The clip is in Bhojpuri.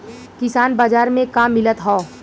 किसान बाजार मे का मिलत हव?